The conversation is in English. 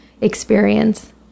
experience